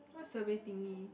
what survey thingy